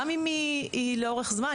גם אם היא לאורך זמן,